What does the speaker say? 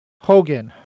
Hogan